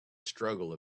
struggle